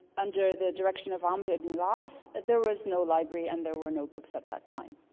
under the direction of amr ibn al-'as, there was no library and there were no books at that time.